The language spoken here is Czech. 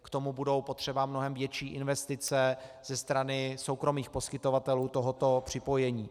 K tomu budou potřeba mnohem větší investice ze strany soukromých poskytovatelů tohoto připojení.